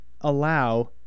allow